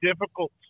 difficult